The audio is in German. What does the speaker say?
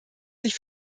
sich